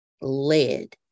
led